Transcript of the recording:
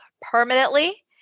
permanently